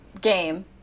game